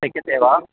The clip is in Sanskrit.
शक्यते वा